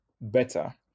better